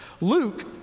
Luke